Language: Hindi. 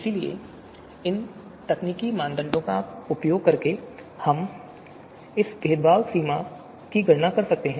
इसलिए इन तकनीकी मापदंडों का उपयोग करके हम इस भेदभाव सीमा की गणना कर सकते हैं